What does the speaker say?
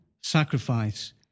sacrifice